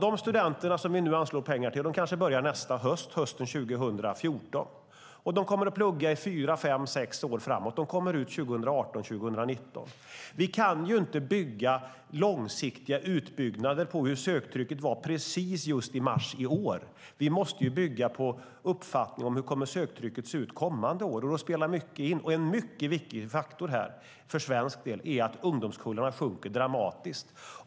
De studenter som vi nu anslår pengar till kanske börjar nästa höst, hösten 2014. De kommer att plugga i fyra, fem eller sex år framåt och kommer ut 2018-2019. Vi kan inte basera långsiktiga utbyggnader på hur söktrycket var precis i mars i år, utan de måste baseras på en uppfattning om hur söktrycket kommer att se ut under kommande år. Då är det en mycket viktig faktor för svensk del att ungdomskullarna sjunker dramatiskt.